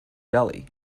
jelly